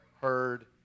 heard